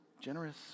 generous